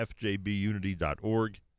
fjbunity.org